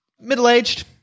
middle-aged